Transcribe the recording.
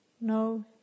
no